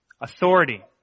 authority